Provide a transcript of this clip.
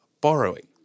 borrowing